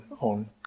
on